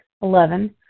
Eleven